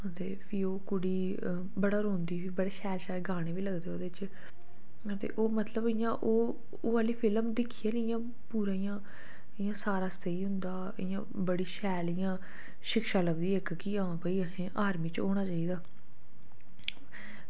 ते भी ओह् कुड़ी रोंदी ते भी बड़े शैल शैल गाने लगदे ओह्दे च ते ओह् मतलब इंया ओह् ते ओह् आह्ली फिल्म दिक्खियै ना पूरा ओह् सेही होंदा कि बड़ी शैल इंया इक्क शिक्षा लभदी कि आं असें आर्मी च होना चाहिदा